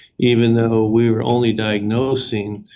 even though we were only diagnosing,